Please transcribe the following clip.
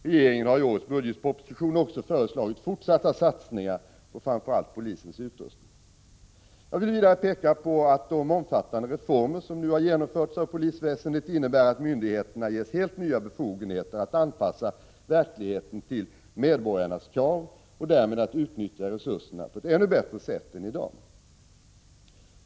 Regeringen har i årets budgetproposition också föreslagit fortsatta satsningar på framför allt polisens utrustning. Jag vill vidare peka på att de omfattande reformer som nu har genomförts inom polisväsendet innebär att myndigheterna ges helt nya befogenheter att anpassa verksamheten till medborgarnas krav och därmed att utnyttja resurserna på ett ännu bättre sätt än i dag.